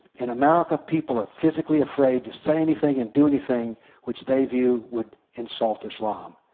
in america people are physically afraid to say anything and do anything which they view would insult islam.